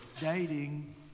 dating